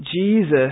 Jesus